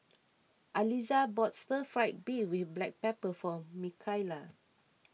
Aliza bought Stir Fried Beef with Black Pepper for Mikaila